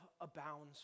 abounds